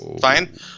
fine